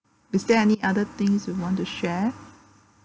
is there any other things you want to share